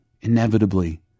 inevitably